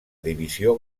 divisió